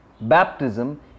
Baptism